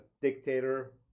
dictator